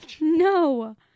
No